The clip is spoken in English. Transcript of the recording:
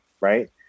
right